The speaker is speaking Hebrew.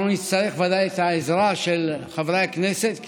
אנחנו נצטרך ודאי את העזרה של חברי הכנסת,